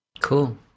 Cool